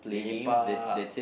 lepak